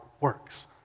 works